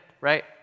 right